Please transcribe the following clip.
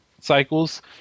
cycles